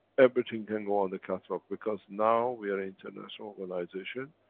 everything can go on the catalog, because now, we are international organization,